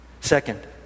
Second